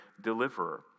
deliverer